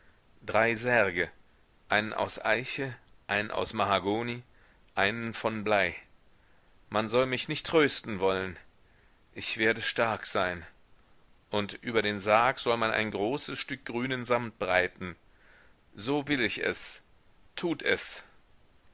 drei särge einen aus eiche einen aus mahagoni einen von blei man soll mich nicht trösten wollen ich werde stark sein und über den sarg soll man ein großes stück grünen samt breiten so will ich es tut es